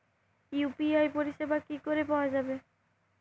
UPI পরিষেবা কি করে পাওয়া যাবে?